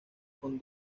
con